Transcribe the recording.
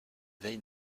veille